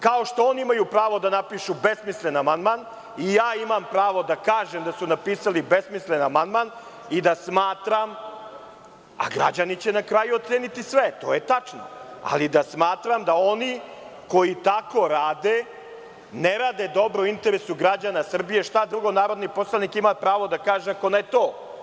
Kao što oni imaju pravo da napišu besmislen amandman i ja imam pravo da kažem da su napisali besmislen amandman i da smatram, a građani će na kraju oceniti sve i to je tačno, ali da smatram da oni koji kako rade, ne rade dobro u interesu građana Srbije, šta drugo narodni poslanik ima pravo da kaže, ako ne to.